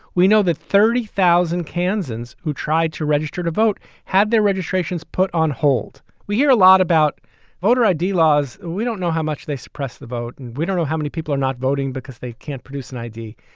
we know that thirty thousand kansans who tried to register to vote had their registrations put on hold we hear a lot about voter i d. laws. we don't know how much they suppress the vote and we don't know how many people are not voting because they can't produce an i d.